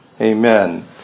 Amen